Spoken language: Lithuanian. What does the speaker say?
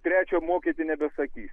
trečio mokyti nebesakyk